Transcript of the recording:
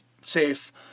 safe